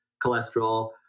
cholesterol